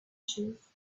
trees